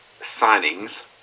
signings